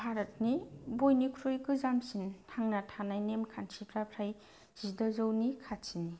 भारतनि बयनिख्रुइ गोजामसिन थांना थानाय नेमखान्थिफ्रा फ्राय जिद'जौनि खाथिनि